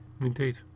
Indeed